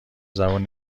زبون